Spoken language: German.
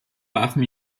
warfen